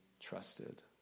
trusted